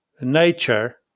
nature